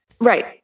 right